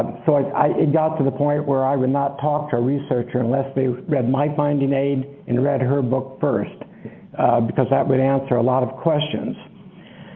um sort of it got to the point where i would not talk to a researcher unless they read my finding aid and read her book first because that would answer a lot of questions.